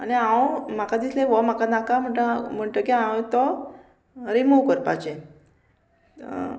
आनी हांव म्हाका दिसलें हो म्हाका नाका म्हणटा म्हणटकीर हांव तो रिमूव करपाचे